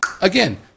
Again